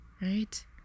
right